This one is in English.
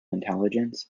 intelligence